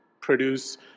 produce